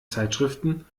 zeitschriften